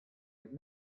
had